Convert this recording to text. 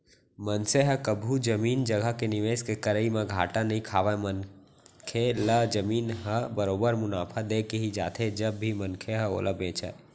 मनसे ह कभू जमीन जघा के निवेस के करई म घाटा नइ खावय मनखे ल जमीन ह बरोबर मुनाफा देके ही जाथे जब भी मनखे ह ओला बेंचय